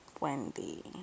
Wendy